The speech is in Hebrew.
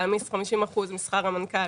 להעמיד חמישים אחוזים משכר המנכ"ל